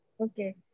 Okay